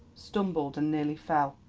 stumbled, and nearly fell.